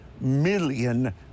million